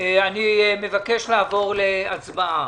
אני מבקש לעבור להצבעה.